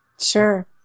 Sure